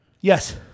Yes